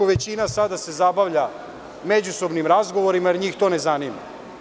Većina se sada zabavlja međusobnim razgovorima, jer njih to ne zanima.